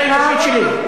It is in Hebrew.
מה רע בקריאה האנושית שלי?